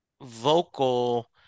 vocal